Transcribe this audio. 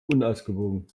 unausgewogen